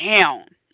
down